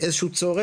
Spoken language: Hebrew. איזה שהוא צורך.